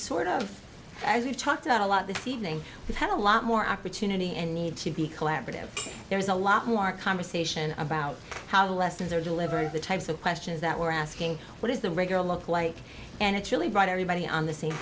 sort of as we've talked about a lot this evening we've had a lot more opportunity and need to be collaborative there's a lot more conversation about how the lessons are delivered the types of questions that we're asking what is the regular look like and it's really brought everybody on the